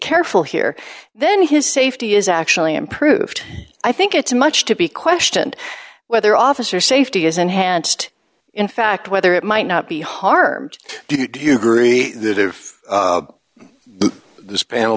careful here then his safety is actually improved i think it's much to be questioned whether officer safety is enhanced in fact whether it might not be harmed do you agree that if this panel